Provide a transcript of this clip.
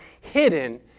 hidden